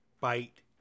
bite